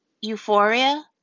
euphoria